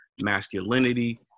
Masculinity